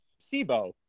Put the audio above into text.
Sibo